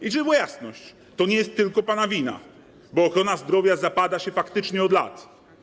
I żeby była jasność: to nie jest tylko pana wina, bo ochrona zdrowia zapada się faktycznie od lat.